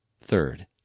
Third